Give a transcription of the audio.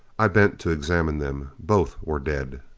i bent to examine them. both were dead.